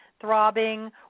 throbbing